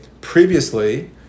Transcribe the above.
previously